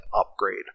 upgrade